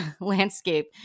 landscape